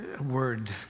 word